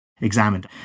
examined